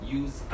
use